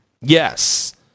Yes